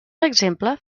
exemple